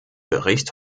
bericht